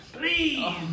Please